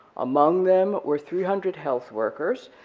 among them were three hundred health workers,